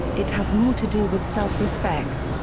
it has more to do with self-respect.